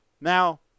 Now